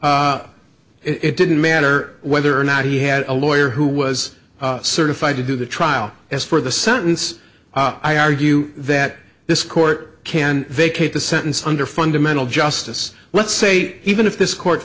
guilty it didn't matter whether or not he had a lawyer who was certified to do the trial as for the sentence i argue that this court can vacate the sentence under fundamental justice let's say even if this court